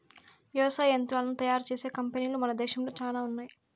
వ్యవసాయ యంత్రాలను తయారు చేసే కంపెనీలు మన దేశంలో చానా ఉన్నాయి